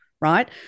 right